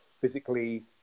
physically